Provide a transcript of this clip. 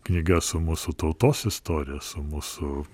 knyga su mūsų tautos istorija su mūsų